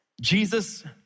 Jesus